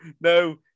no